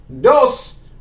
Dos